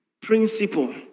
principle